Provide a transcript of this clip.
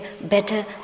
better